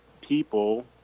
people